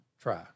try